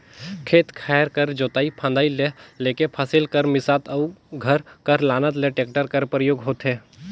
खेत खाएर कर जोतई फदई ल लेके फसिल कर मिसात अउ घर कर लानत ले टेक्टर कर परियोग होथे